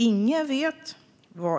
Ingen vet